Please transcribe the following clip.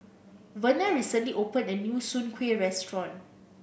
Verna recently opened a new Soon Kueh restaurant